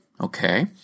okay